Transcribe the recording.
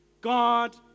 God